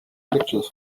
pictures